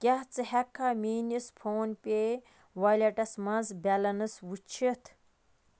کیٛاہ ژٕ ہٮ۪ککھا میٛٲنِس فون پے وایلٮ۪ٹَس منٛز بیلٮ۪نٕس وٕچھِتھ